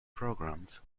programs